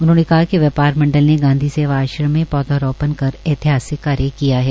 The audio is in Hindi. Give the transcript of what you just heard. उन्होंने कहा कि व्यापार मंडल ने गांधी सेवा आश्रम में पौधारोपण कर ऐतिहासिक कार्य किया है